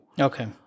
Okay